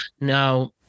Now